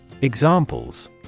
Examples